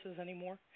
anymore